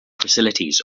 facilities